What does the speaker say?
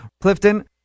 Clifton